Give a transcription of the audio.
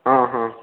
ହଁ ହଁ